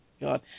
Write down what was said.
God